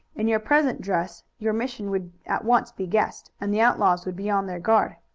in your present dress your mission would at once be guessed, and the outlaws would be on their guard.